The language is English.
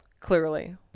Clearly